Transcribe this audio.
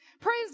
Praise